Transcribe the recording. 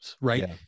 right